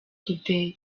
today